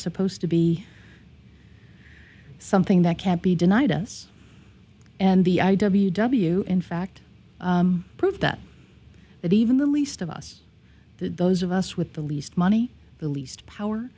supposed to be something that can't be denied us and the i w w in fact prove that that even the least of us those of us with the least money the least power